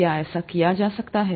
क्या ऐसा किया जा सकता है